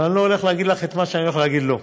אבל אני לא הולך להגיד לך את מה שאני הולך להגיד לו.